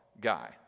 guy